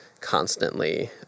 constantly